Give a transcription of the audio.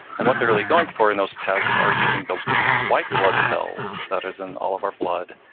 and what they're really going for in those tests are using the white blood cells that is in all of our blood,